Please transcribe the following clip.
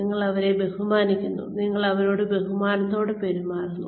നിങ്ങൾ അവരെ ബഹുമാനിക്കുന്നു നിങ്ങൾ അവരോട് ബഹുമാനത്തോടെ പെരുമാറുന്നു